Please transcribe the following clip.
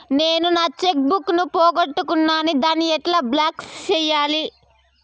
నేను నా cheque book ను పోగొట్టుకున్నాను దాన్ని ఎట్లా బ్లాక్ సేయాలి?